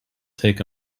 take